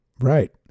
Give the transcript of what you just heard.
Right